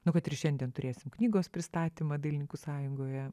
nu kad ir šiandien turėsim knygos pristatymą dailininkų sąjungoje